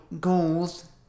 goals